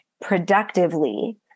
productively